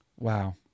Wow